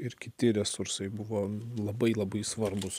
ir kiti resursai buvo labai labai svarbūs